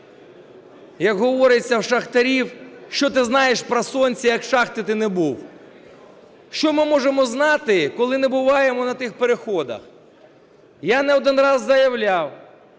Як говориться в шахтарів, що ти знаєш про сонце, як в шахті ти не був? Що ми можемо знати, коли не буваємо на тих переходах? Я не один раз заявляв,